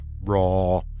Raw